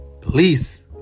please